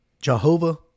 Jehovah